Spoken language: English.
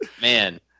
Man